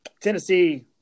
Tennessee